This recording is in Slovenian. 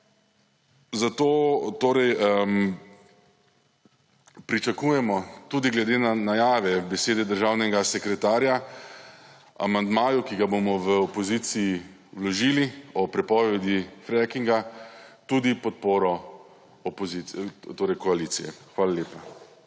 torej pričakujemo, tudi glede na najave besede državnega sekretarja, amandmaju, ki ga bomo v opoziciji vložili, o prepovedi frekinga, tudi podporo koalicije. Hvala lepa.